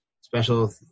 Special